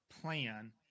plan